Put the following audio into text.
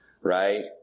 Right